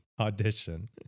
audition